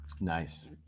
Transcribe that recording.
Nice